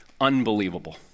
unbelievable